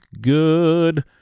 good